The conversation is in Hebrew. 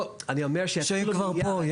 לא, אני אומר שיתחילו מיד --- כשהם כבר פה.